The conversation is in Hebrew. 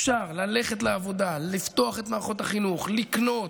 אפשר ללכת לעבודה, לפתוח את מערכות החינוך, לקנות.